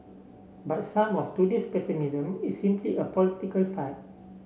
but some of today's pessimism is simply a political fad